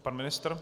Pan ministr?